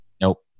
Nope